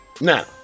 now